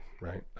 right